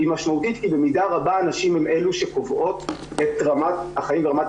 היא משמעותית כי במידה רבה הנשים הן אלה שקובעות את רמת החיים ורמת